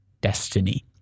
destiny